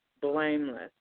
blameless